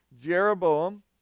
Jeroboam